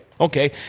okay